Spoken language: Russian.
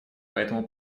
поэтому